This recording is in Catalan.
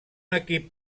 equip